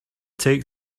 take